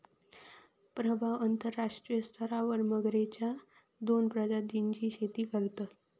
प्रभाव अंतरराष्ट्रीय स्तरावर मगरेच्या दोन प्रजातींची शेती करतत